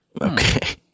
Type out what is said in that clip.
okay